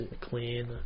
clean